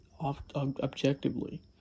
objectively